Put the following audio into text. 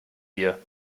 wir